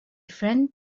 friend